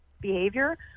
behavior